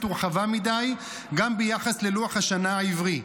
ורחבה מדי גם ביחס ללוח השנה העברי.